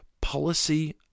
policy